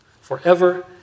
forever